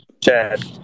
Chad